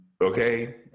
okay